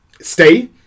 stay